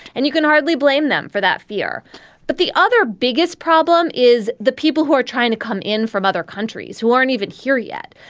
and you can hardly blame them for that fear but the other biggest problem is the people who are trying to come in from other countries who aren't even here yet,